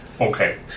Okay